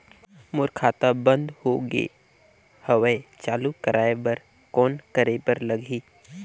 मोर खाता बंद हो गे हवय चालू कराय बर कौन करे बर लगही?